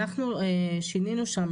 אנחנו שינינו שם,